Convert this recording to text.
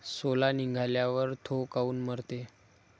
सोला निघाल्यावर थो काऊन मरते?